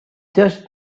just